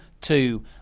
two